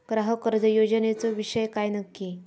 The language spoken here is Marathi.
ग्राहक कर्ज योजनेचो विषय काय नक्की?